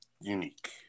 unique